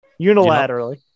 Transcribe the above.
unilaterally